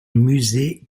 musée